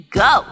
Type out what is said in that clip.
go